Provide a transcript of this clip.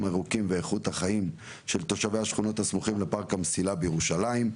ירוקים ואיכות החיים של תושבי השכונות הסמוכים לפארק המסילה בירושלים.